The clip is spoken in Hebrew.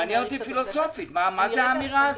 מעניין אותי פילוסופית מה זה האמירה הזאת?